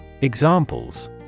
Examples